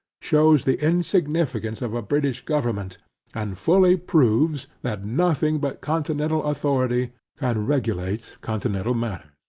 shews the insignificance of a british government and fully proves, that nothing but continental authority can regulate continental matters.